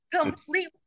Completely